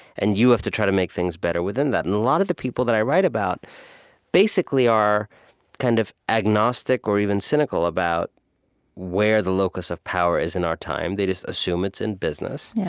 and you have to try to make things better within that. and a lot of the people that i write about basically are kind of agnostic or even cynical about where the locus of power is in our time. they just assume it's in business. yeah